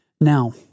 Now